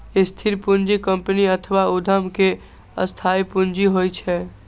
स्थिर पूंजी कंपनी अथवा उद्यम के स्थायी पूंजी होइ छै